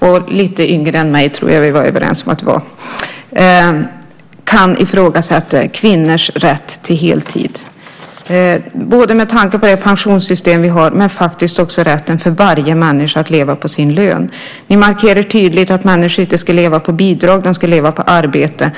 och lite yngre än jag - det tror jag att vi var överens om - kan ifrågasätta kvinnors rätt till heltid. Det tycker jag både med tanke på det pensionssystem som vi har och med tanke på rätten för varje människa att leva på sin lön. Ni markerar tydligt att människor inte ska leva på bidrag utan på arbete.